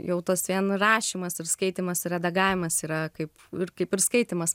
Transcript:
jau tos vien rašymas ir skaitymas ir redagavimas yra kaip ir kaip ir skaitymas